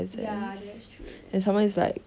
ya that's true that's true